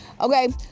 okay